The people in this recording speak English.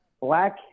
black